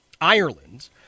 Ireland